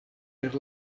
per